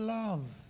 love